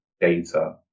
data